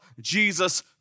Jesus